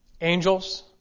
angels